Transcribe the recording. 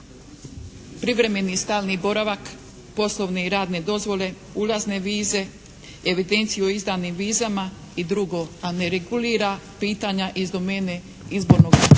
privremeni i stalni boravak, poslovne i radne dozvole, ulazne vize, evidenciju o izdanim vizama i drugo. Ali ne regulira pitanja iz domene Izbornog